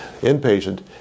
Inpatient